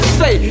say